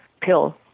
pill